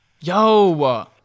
Yo